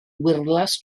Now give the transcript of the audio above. wyrddlas